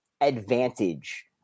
advantage